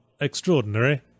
extraordinary